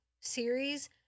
series